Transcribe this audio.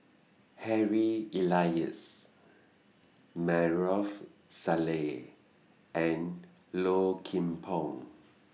Harry Elias Maarof Salleh and Low Kim Pong